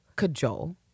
Cajole